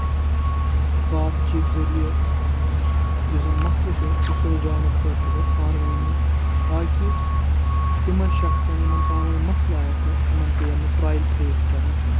باتھ چیٖت ذٔریعہٕ یُس زَن مسلہٕ چھُ سُہ سُلجاونہٕ خٲطرٕ گژھِ پانہٕ ؤنی تاکہِ تِمن شخصن یِمن پانہٕ ؤنۍ مسلہٕ آسہِ تِمن پیٚن نہٕ ٹرایل فیس کَرٕنۍ کینٛہہ